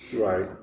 Right